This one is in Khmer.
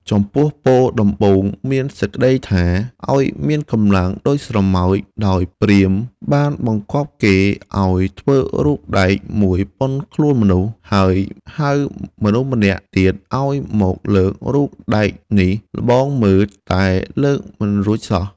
ចំពោះពរដំបូងមានសេចក្ដីថា ឲ្យមានកម្លាំងដូចស្រមោច ដោយព្រាហ្មណ៍បានបង្គាប់គេឲ្យធ្វើរូបដែកមួយប៉ុនខ្លួនមនុស្សម្នាក់ ហើយហៅមនុស្សម្នាក់ទៀតឲ្យមកលើករូបដែកនេះល្បងមើល តែលើកមិនរួចសោះ។